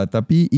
Tapi